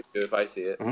if i see it.